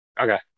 Okay